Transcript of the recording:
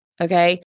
Okay